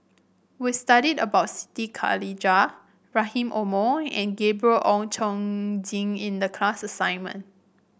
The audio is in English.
we studied about Siti Khalijah Rahim Omar and Gabriel Oon Chong Jin in the class assignment